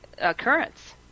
occurrence